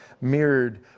mirrored